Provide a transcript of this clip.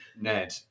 Ned